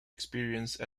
experience